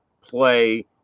play